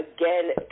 again